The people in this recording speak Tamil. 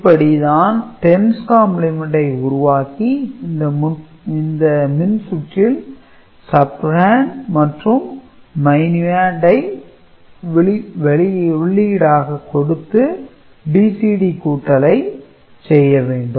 இப்படி தான் 10's கம்பிளிமெண்ட் உருவாக்கி இந்த மின்சுற்றில் subtrahend மற்றும் minuend ஐ உள்ளீடாககொடுத்து BCD கூட்டலை செய்ய வேண்டும்